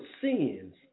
sins